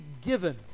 given